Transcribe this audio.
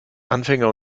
anfänger